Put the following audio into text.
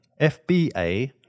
FBA